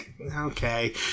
okay